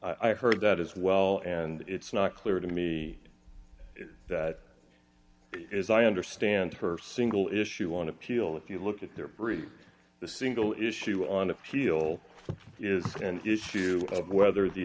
hunch i heard that as well and it's not clear to me that as i understand her single issue on appeal if you look at their brief the single issue on appeal is an issue of whether the